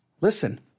Listen